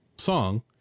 song